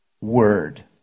word